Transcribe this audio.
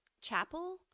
chapel